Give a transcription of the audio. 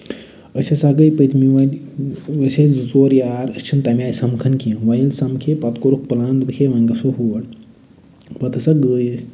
أسۍ ہسا گے پٔتمہِ وَنۍ أسۍ ہسا ٲسۍ زٕ ژور یار أسۍ چھِنہٕ تَمہِ آیہِ سَمکھان کیٚنہہ وَنۍ ییٚلہِ سَمکھٕے پَتہٕ کوٚرُکھ پٔلان ہے وَنۍ گژھہو ہور پَتہٕ ہسا گے أسۍ